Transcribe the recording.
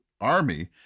army